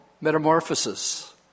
metamorphosis